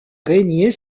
rénier